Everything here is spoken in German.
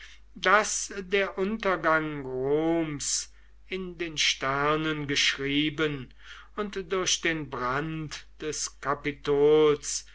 daß der untergang roms in den sternen geschrieben und durch den brand des kapitols